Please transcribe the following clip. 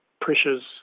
pressures